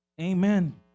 Amen